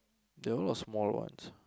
there are a lot of small ones